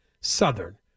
Southern